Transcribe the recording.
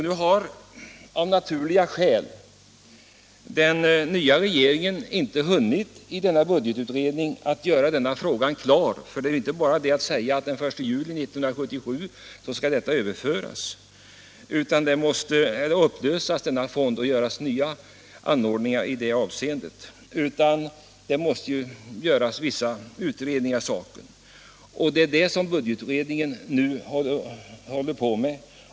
Nu har av naturliga skäl den nya regeringen inte hunnit få denna fråga klar via budgetutredningen. Det är ju inte bara att säga att den 1 juli 1977 skall dessa medel överföras, utan fonden måste upplösas och vissa utredningar måste göras. Det är det som budgetutredningen håller på med.